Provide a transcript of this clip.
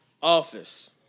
Office